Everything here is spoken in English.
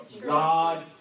God